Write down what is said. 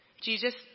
Jesus